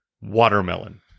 Watermelon